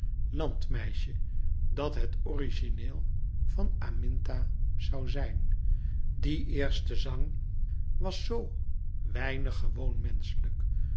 landmeisje dat het origineel van aminta zoû zijn die eerste zang was z weinig gewoon menschelijk